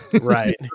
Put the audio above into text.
right